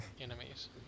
enemies